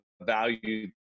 value